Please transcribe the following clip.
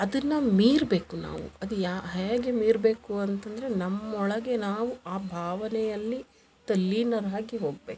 ಅದನ್ನ ಮೀರಬೇಕು ನಾವು ಅದು ಯಾ ಹಾಗೆ ಮೀರಬೇಕು ಅಂತಂದರೆ ನಮ್ಮೊಳಗೆ ನಾವು ಆ ಭಾವನೆಯಲ್ಲಿ ತಲ್ಲಿನರಾಗಿ ಹೋಗಬೇಕು